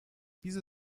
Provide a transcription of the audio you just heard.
wieso